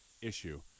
Issue